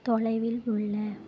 தொலைவில் உள்ள